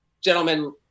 gentlemen